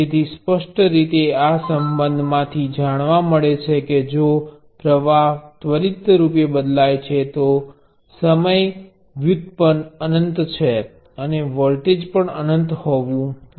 તેથી સ્પષ્ટ રીતે આ સંબંધ માંથી જાણવા મળે છે કે જો પ્ર્વાહ ત્વરિત રૂપે બદલાય છે તો સમય વ્યુત્પન્ન અનંત છે અને વોલ્ટેજ પણ અનંત હોવું જોઈએ